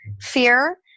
fear